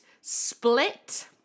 split